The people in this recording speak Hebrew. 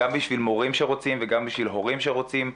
גם בשביל מורים שרוצים וגם בשביל הורים שרוצים,